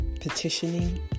petitioning